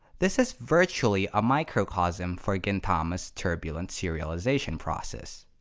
this is virtually a microcosm for gintama's turbulent serialization process.